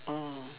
oh